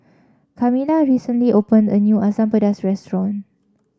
Kamilah recently opened a new Asam Pedas restaurant